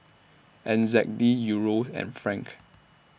N Z D Euro and Franc